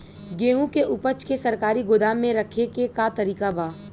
गेहूँ के ऊपज के सरकारी गोदाम मे रखे के का तरीका बा?